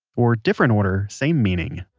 or different order, same meaning.